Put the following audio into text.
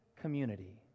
community